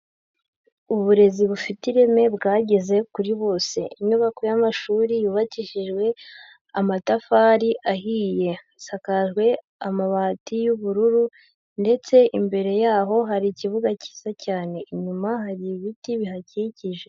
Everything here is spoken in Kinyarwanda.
Uburezi bufite ireme bwageze kuri bose, inyubako y'amashuri yubakishijwe amatafari ahiye, isakajwe amabati y'ubururu ndetse imbere yaho hari ikibuga cyiza cyane, inyuma hari ibiti bihakikije.